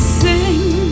sing